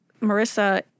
Marissa